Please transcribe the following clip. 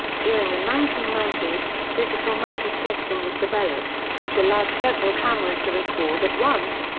during the nineteen ninety s, digital multiplexing was developed, which allowed several cameras to record at once,